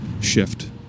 shift